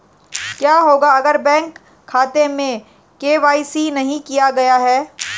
क्या होगा अगर बैंक खाते में के.वाई.सी नहीं किया गया है?